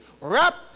wrapped